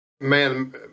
Man